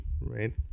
right